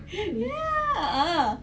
a'ah